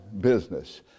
business